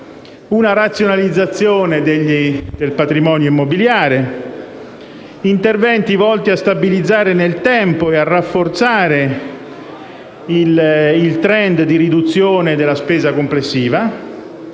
una razionalizzazione del patrimonio immobiliare, interventi volti a stabilizzare nel tempo e a rafforzare il *trend* di riduzione della spesa complessiva.